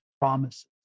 promises